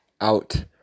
out